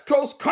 Coast